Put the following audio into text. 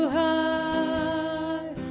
high